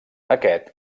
aquest